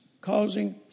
causing